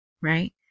Right